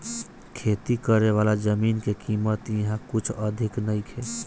खेती करेवाला जमीन के कीमत इहा कुछ अधिका नइखे